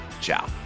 Ciao